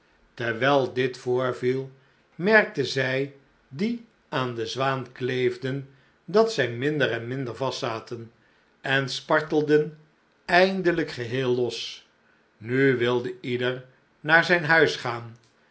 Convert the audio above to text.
terwijl dit voorviel merkten zij die aan de zwaan kleefden dat zij minder en minder vast zaten en spartelden eindelijk geheel los nu wilde ieder naar zijn huis gaan